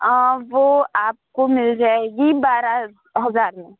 وہ آپ کو مل جائے گی بارہ ہزار میں